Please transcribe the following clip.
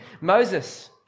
Moses